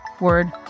word